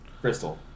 Crystal